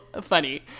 funny